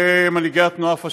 למנהיגי התנועה הפשיסטית,